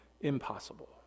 impossible